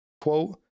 quote